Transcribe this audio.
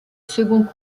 second